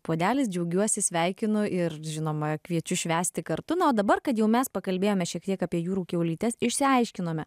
puodelis džiaugiuosi sveikinu ir žinoma kviečiu švęsti kartu na o dabar kad jau mes pakalbėjome šiek tiek apie jūrų kiaulytes išsiaiškinome